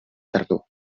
tardor